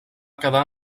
quedar